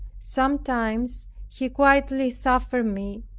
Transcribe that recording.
sometimes he quietly suffered me,